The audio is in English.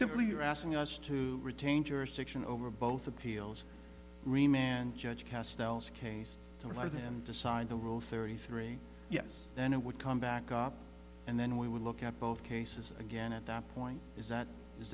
simply you're asking us to retain jurisdiction over both appeals re man judge cast case to allow them to sign the rule thirty three yes then it would come back up and then we would look at both cases again at that point is that is